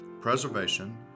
preservation